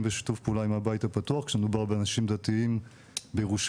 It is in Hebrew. בשיתוף פעולה עם הבית הפתוח כשמדובר על אנשים דתיים בירושלים